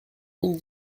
mille